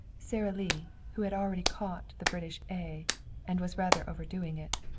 sara lee, who had already caught the british a and was rather overdoing it,